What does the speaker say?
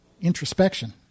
introspection